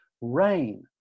Rain